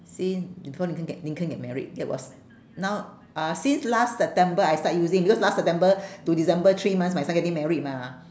since before lincoln get lincoln get married that was now ah since last september I start using because last september to december three months my son getting married mah